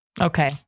Okay